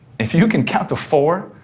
if you can count to four,